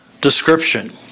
description